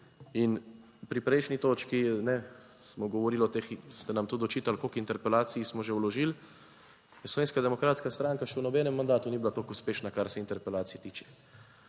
In pri prejšnji točki, ne, smo govorili o teh. Ste nam tudi očitali, koliko interpelacij smo že vložili. Slovenska demokratska stranka še v nobenem mandatu ni bila tako uspešna, kar se interpelacij tiče.